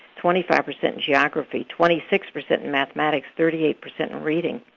twenty five percent in geography, twenty six percent in mathematics, thirty eight percent in reading.